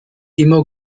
immer